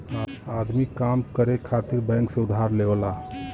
आदमी काम करे खातिर बैंक से उधार लेवला